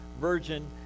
virgin